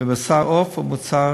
בבשר עוף או במוצר